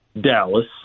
Dallas